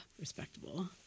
Respectable